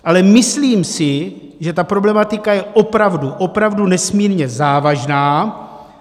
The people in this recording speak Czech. Ale myslím si, že ta problematika je opravdu, opravdu nesmírně závažná.